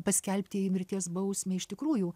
paskelbti jai mirties bausmę iš tikrųjų